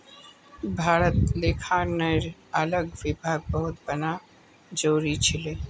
भारतत लेखांकनेर अलग विभाग बहुत बनाना जरूरी छिले